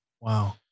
Wow